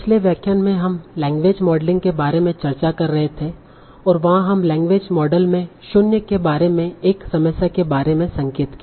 पिछले व्याख्यान में हम लैंग्वेज मॉडलिंग के बारे में चर्चा कर रहे थे और वहाँ हम लैंग्वेज मॉडल में शून्य के बारे में एक समस्या के बारे में संकेत दिया